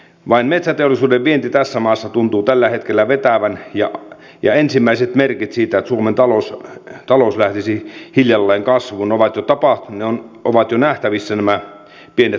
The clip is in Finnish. vain metsäteollisuuden vienti tässä maassa tuntuu tällä hetkellä vetävän ja ensimmäiset merkit siitä että suomen talous lähtisi hiljalleen kasvuun ovat jo nähtävissä nämä pienet nousuluvut